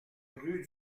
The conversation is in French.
rue